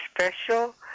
special